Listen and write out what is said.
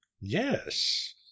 Yes